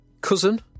cousin